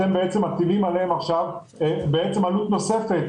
אתם בעצם מטילים עליהם עכשיו עלות נוספת,